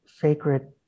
sacred